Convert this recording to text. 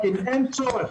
אין צורך.